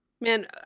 Man